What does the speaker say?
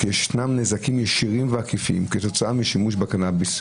כי ישנם נזקים אישיים ועקיפים כתוצאה משימוש בקנאביס,